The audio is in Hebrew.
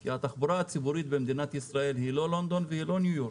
כי התחבורה הציבורית במדינת ישראל היא לא לונדון ולא ניו-יורק.